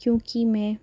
کیونکہ میں